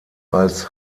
als